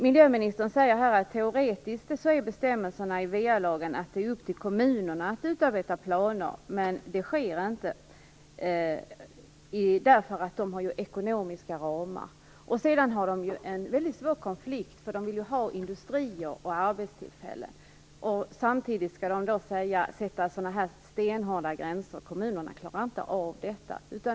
Miljöministern säger att bestämmelserna i valagen teoretiskt innebär att det är upp till kommunerna att utarbeta planer. Men det görs inte därför att kommunerna har sina ekonomiska ramar. Dessutom blir det en väldigt svår konflikt. Kommunerna vill ha industrier och arbetstillfällen, men samtidigt skall de sätta stenhårda gränser. Kommunerna klarar inte av detta.